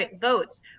votes